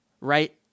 Right